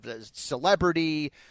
Celebrity—